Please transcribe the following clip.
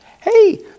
Hey